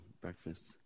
breakfast